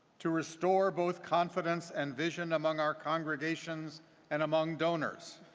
to restore both confidence and vision among our congregations and among donors.